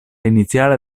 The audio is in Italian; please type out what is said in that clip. iniziale